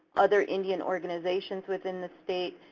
other indian organizations within the state,